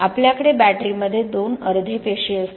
आमच्याकडे बॅटरीमध्ये दोन अर्धे पेशी असतात